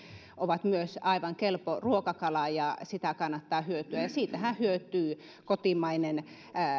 ovat myös aivan kelpo ruokakalaa ja sitä kannata hyödyntää siitähän hyötyy